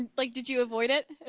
and like did you avoid it,